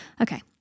Okay